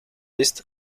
est